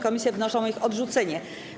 Komisje wnoszą o ich odrzucenie.